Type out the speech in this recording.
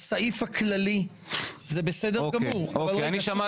הסעיף הכללי זה בסדר גמור --- אני שמעתי